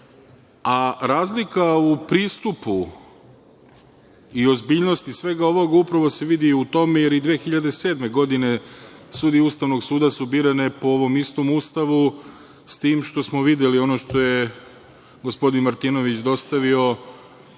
a razlika u pristupu i ozbiljnosti svega ovoga, upravo se vidi i u tome jer su i 2007. godine sudije Ustavnog suda birane po ovom istom Ustavu, s tim što smo videli ono što je gospodin Martinović dostavio